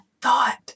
thought